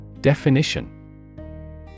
Definition